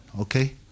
okay